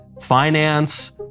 finance